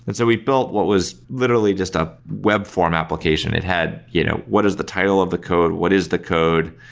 and so we built what was literally just a web form application. it had you know what is the title of the code? what is the code?